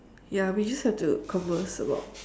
ya we just have to converse about